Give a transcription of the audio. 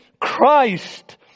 Christ